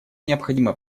необходимо